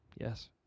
Yes